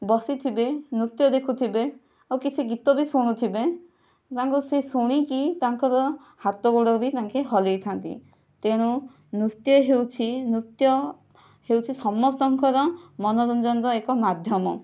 ବସିଥିବେ ନୃତ୍ୟ ଦେଖୁଥିବେ ଆଉ କିଛି ଗୀତ ବି ଶୁଣୁଥିବେ ତାଙ୍କୁ ସେ ଶୁଣିକି ତାଙ୍କର ହାତ ଗୋଡ଼ ବି ତାଙ୍କେ ହଲାଇଥାନ୍ତି ତେଣୁ ନୃତ୍ୟ ହେଉଛି ନୃତ୍ୟ ହେଉଛି ସମସ୍ତଙ୍କର ମନୋରଞ୍ଜନର ଏକ ମାଧ୍ୟମ